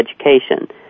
education